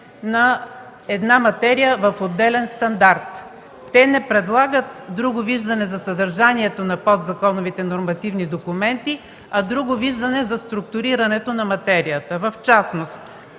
на една материя в отделен стандарт. Те не предлагат друго виждане за съдържанието на подзаконовите нормативни документи, а друго виждане за структурирането на материята. В частност,